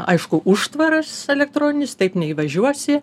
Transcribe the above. aišku užtvaras elektroninis taip neįvažiuosi